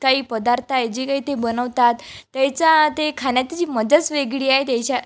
काही पदार्थ हाही जे काही ते बनवतात त्याचा ते खाण्यात जी मजाच वेगळी आहे त्याच्या